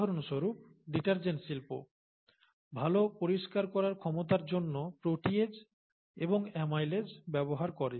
উদাহরণস্বরূপ ডিটারজেন্ট শিল্প ভাল পরিষ্কার করার ক্ষমতার জন্য প্রোটিএজ এবং অ্যামাইলেস ব্যবহার করে